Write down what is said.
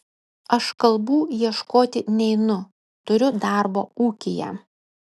aš kalbų ieškoti neinu turiu darbo ūkyje